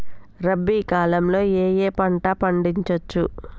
రబీ కాలంలో ఏ ఏ పంట పండించచ్చు?